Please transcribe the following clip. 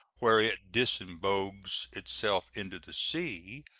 where it disembogues itself into the sea,